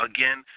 Again